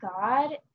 God